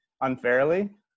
unfairly